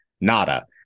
Nada